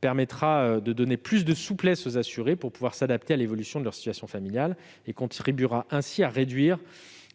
permettra de donner plus de souplesse aux assurés pour pouvoir s'adapter à l'évolution de leur situation familiale, et contribuera ainsi à réduire